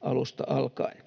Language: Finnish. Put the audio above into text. alusta alkaen.